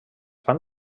fan